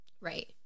Right